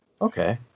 Okay